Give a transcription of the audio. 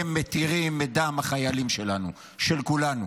הם מתירים את דם החיילים שלנו, של כולנו.